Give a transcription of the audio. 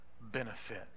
benefit